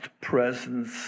presence